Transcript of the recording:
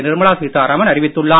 நிர்மலா சீதாராமன் அறிவித்துள்ளார்